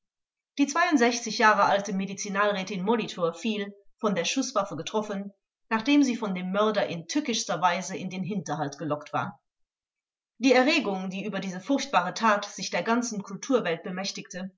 die zwei jahre alte medizinalrätin molitor fiel von der schußwaffe getroffen nachdem sie von dem mörder in tückischster weise in den hinterhalt gelockt war die erregung die über diese furchtbare tat sich der ganzen kulturwelt bemächtigte